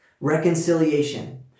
Reconciliation